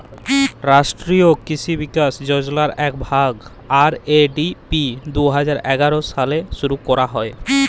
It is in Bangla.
রাষ্ট্রীয় কিসি বিকাশ যজলার ইকট ভাগ, আর.এ.ডি.পি দু হাজার এগার সালে শুরু ক্যরা হ্যয়